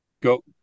go